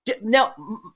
now